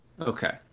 Okay